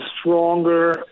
stronger